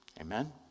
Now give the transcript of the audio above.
Amen